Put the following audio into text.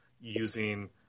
using